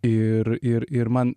ir ir ir man